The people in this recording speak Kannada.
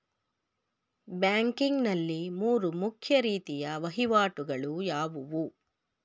ಬ್ಯಾಂಕಿಂಗ್ ನಲ್ಲಿ ಮೂರು ಮುಖ್ಯ ರೀತಿಯ ವಹಿವಾಟುಗಳು ಯಾವುವು?